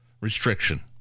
restriction